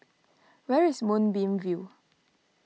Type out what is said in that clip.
where is Moonbeam View